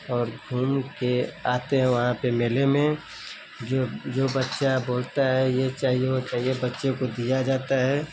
और घूम कर आते हैं वहाँ पर मेले में जो जो बच्चा बोलता हे ये चाहिए वो चाहिए बच्चे को दिया जाता हे